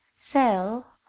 sell?